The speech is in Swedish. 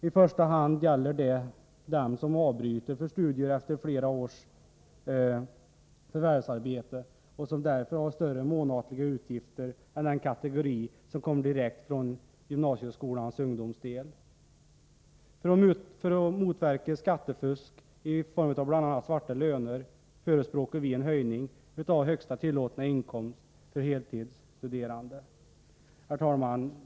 I första hand gäller det dem som avbryter för studier efter flera års förvärvsarbete och som därför har större månatliga utgifter än den kategori som kommer direkt från gymnasieskolans ungdomsdel. För att motverka skattefusk i form av bl.a. svarta löner förespråkar vi en höjning av högsta tillåtna inkomst för heltidsstuderande. Herr talman!